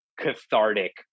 cathartic